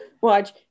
watch